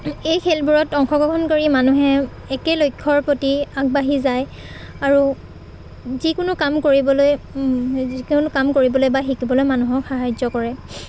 এই খেলবোৰত অংশগ্ৰহণ কৰি মানুহে একে লক্ষ্যৰ প্ৰতি আগবাঢ়ি যায় আৰু যিকোনো কাম কৰিবলৈ যিকোনো কাম কৰিবলৈ বা শিকিবলৈ মানুহক সাহাৰ্য কৰে